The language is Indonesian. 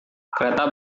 kereta